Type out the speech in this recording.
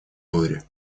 горе